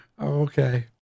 okay